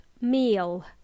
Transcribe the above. meal